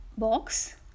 box